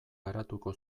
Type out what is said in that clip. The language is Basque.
garatuko